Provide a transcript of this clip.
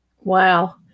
wow